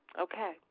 Okay